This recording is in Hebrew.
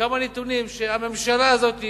כמה הנתונים שהממשלה הזאת,